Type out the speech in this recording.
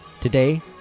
Today